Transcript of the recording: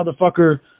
motherfucker